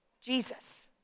Jesus